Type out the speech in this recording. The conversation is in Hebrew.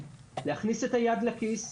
להכניס את היד לכיס,